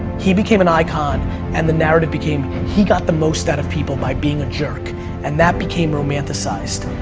he became an icon and the narrative became he got the most out of people by being a jerk and that became romanticized.